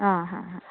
ಹಾಂ ಹಾಂ ಹಾಂ